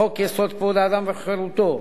חוק-יסוד: כבוד האדם וחירותו,